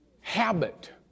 habit